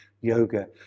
yoga